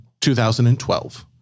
2012